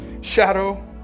shadow